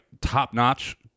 top-notch